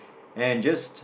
and just